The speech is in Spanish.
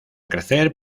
crecer